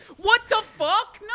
what the fuck?